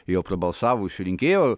jau prabalsavusių rinkėjų